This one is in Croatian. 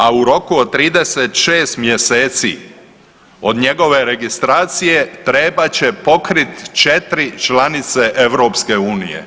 A u roku od 36 mjeseci od njegove registracije trebat će pokrit 4 članice EU.